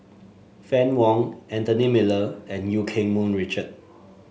Fann Wong Anthony Miller and Eu Keng Mun Richard